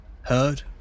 heard